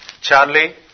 Charlie